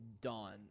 done